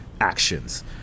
actions